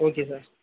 okay sir